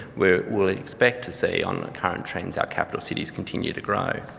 we we expect to see on the current trends our capital cities continue to grow.